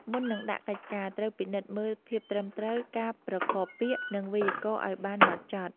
មុននឹងដាក់កិច្ចការ ត្រូវពិនិត្យមើលភាពត្រឹមត្រូវ ការប្រកបពាក្យ និងវេយ្យាករណ៍ឱ្យបានហ្មត់ចត់។